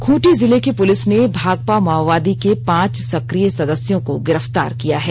खूंटी जिले की पुलिस ने भाकपा माओवादी के पांच सक्रिय सदस्यों को गिरफ्तार किया है